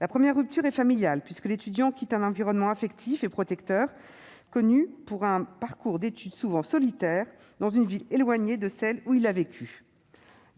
La première rupture est familiale, puisque l'étudiant quitte un environnement affectif connu et protecteur pour un parcours d'études souvent solitaire dans une ville éloignée de celle où il a vécu.